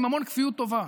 עם המון כפיות טובה.